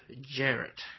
Jarrett